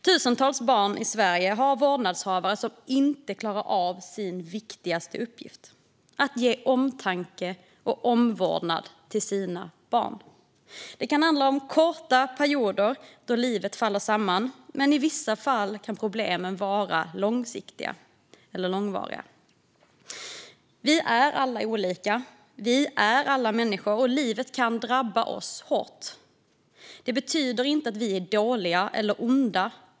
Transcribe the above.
Tusentals barn i Sverige har vårdnadshavare som inte klarar av sin viktigaste uppgift: att ge omtanke och omvårdnad till sina barn. Det kan handla om korta perioder då livet faller samman. Men i vissa fall kan problemen vara långvariga. Vi är alla olika. Vi är alla människor. Och livet kan drabba oss hårt. Det betyder inte att vi är dåliga eller onda.